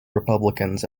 republicans